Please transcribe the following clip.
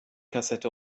kassette